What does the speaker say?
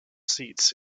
seats